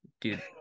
dude